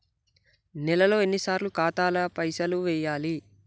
నెలలో ఎన్నిసార్లు ఖాతాల పైసలు వెయ్యాలి?